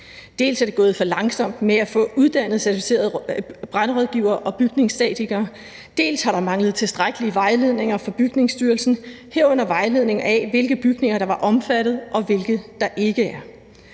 Dels er det gået for langsomt med at få uddannet certificerede brandrådgivere og bygningsstatikere, dels har der manglet tilstrækkelige vejledninger fra Bygningsstyrelsen, herunder en vejledning om, hvilke bygninger der er omfattet, og hvilke der ikke er.